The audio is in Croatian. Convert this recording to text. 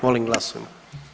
Molim glasujmo.